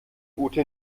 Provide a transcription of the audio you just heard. ute